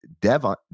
Devon